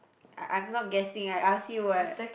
I I'm not guessing right I ask you what